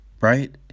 Right